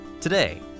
Today